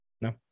No